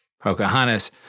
Pocahontas